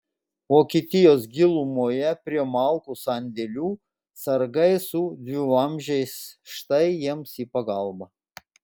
vokietijos gilumoje prie malkų sandėlių sargai su dvivamzdžiais štai jiems į pagalbą